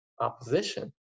opposition